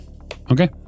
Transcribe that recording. Okay